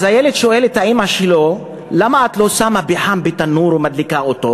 אז הילד שואל את האימא שלו: למה את לא שמה פחם בתנור ומדליקה אותו?